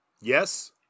yes